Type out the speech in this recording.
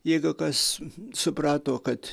jeigu kas suprato kad